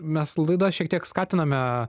mes laidą šiek tiek skatiname